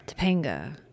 Topanga